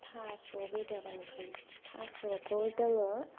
थास' बेदर ओंख्रि थास'खौ जोङो